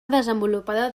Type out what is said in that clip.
desenvolupada